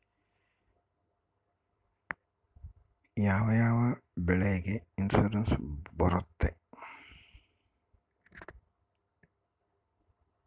ಯಾವ ಯಾವ ಬೆಳೆಗೆ ಇನ್ಸುರೆನ್ಸ್ ಬರುತ್ತೆ?